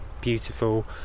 beautiful